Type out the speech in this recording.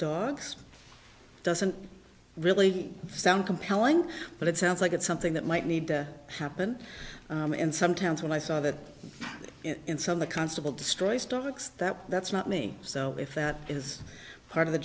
dogs doesn't really sound compelling but it sounds like it's something that might need to happen in some towns when i saw that in some the constable destroy starbucks that that's not me so if that is part of the